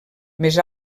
més